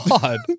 God